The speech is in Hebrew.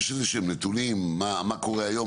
יש איזה שהם נתונים שמראים מה קורה היום?